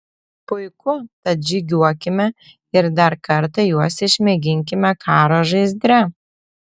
puiku tad žygiuokime ir dar kartą juos išmėginkime karo žaizdre